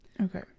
Okay